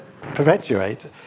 perpetuate